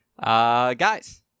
Guys